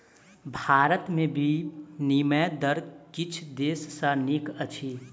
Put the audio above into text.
भारत में विनिमय दर किछ देश सॅ नीक अछि